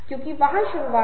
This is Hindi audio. तो ये एक नेता के गुण हैं